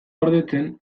gordetzen